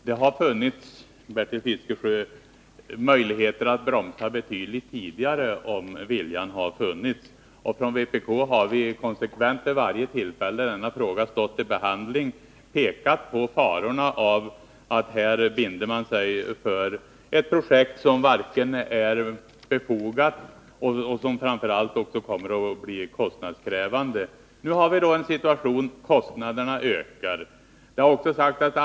Nr 44 Fru talman! Det hade, Bertil Fiskesjö, varit möjligt att bromsa betydligt Tisdagen den tidigare, om viljan hade funnits. Från vpk:s sida har vi konsekvent vid varje 9 december 1980 tillfälle när denna fråga varit uppe till behandling pekat på farorna av att man här binder sig för ett projekt som inte är befogat och som framför allt kommer Besparingar i att bli kostnadskrävande. statsverksamheten, Nu har vi den situationen att kostnaderna ökar. Det har också sagts att». m.